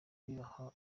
bibaha